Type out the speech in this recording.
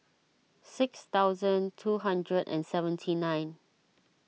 six thousand two hundred and seventy nine